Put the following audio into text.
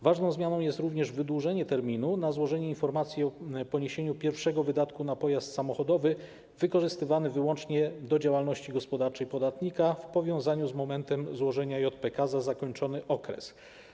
Ważną zmianą jest również wydłużenie terminu złożenia informacji o poniesieniu pierwszego wydatku na pojazd samochodowy wykorzystywany wyłącznie do działalności gospodarczej podatnika w powiązaniu z momentem złożenia JPK za zakończony okres.